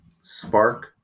Spark